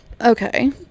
okay